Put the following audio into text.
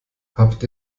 habt